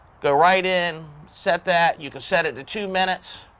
go right in, set that, you can set it to two minutes.